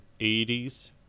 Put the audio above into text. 80s